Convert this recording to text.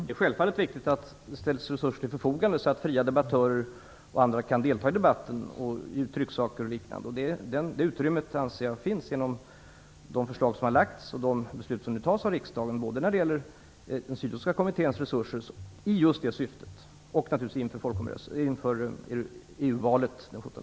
Herr talman! Det är självklart viktigt att det ställs resurser till förfogande så att fria debattörer och andra kan delta i debatten. Det utrymmet anser jag finns genom de förslag som har lagts fram och de beslut som fattats av riksdagen när det gäller Sydowska kommitténs resurser och resurser inför EU-valet den